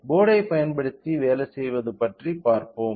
போர்டைப் பயன்படுத்தி வேலை செய்வது பற்றி பார்ப்போம்